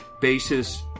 basis